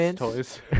toys